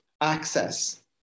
access